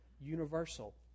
universal